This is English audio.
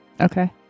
Okay